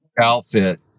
outfit